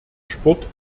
sport